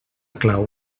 clau